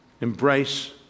Embrace